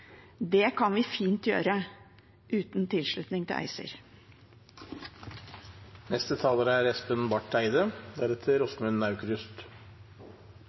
kan vi fint gjøre uten tilslutning til ACER.